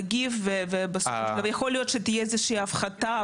נגיב ובסוף יכול להיות שתהיה איזו שהיא הפחתה,